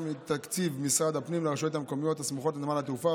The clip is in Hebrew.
מתקציב משרד הפנים לרשויות המקומיות הסמוכות לנמל התעופה,